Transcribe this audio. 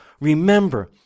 Remember